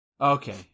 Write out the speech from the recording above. okay